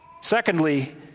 secondly